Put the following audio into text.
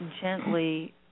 gently